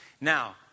Now